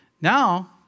Now